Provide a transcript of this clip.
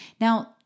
Now